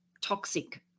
toxic